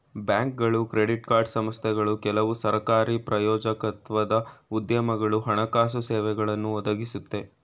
ಬ್ಯಾಂಕ್ಗಳು credit card ಸಂಸ್ಥೆಗಳು ಕೆಲವು ಸರಕಾರಿ ಪ್ರಾಯೋಜಕತ್ವದ ಉದ್ಯಮಗಳು ಹಣಕಾಸು ಸೇವೆಗಳನ್ನು ಒದಗಿಸುತ್ತೆ